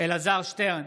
אלעזר שטרן,